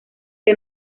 que